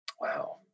Wow